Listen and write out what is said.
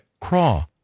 Craw